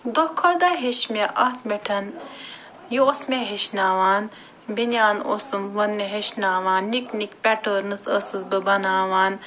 دۄہ کھۄتہٕ دۄہ ہیٚچھ مےٚ اتھ پٮ۪ٹھ یہِ اوس مےٚ ہیٚچھناوان بیٚنان اوسُم وونہِ ہیٚچھناوان نِکۍ نِکۍ پٮ۪ٹٲرنٕز ٲسٕس بہٕ بناوان